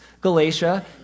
Galatia